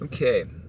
Okay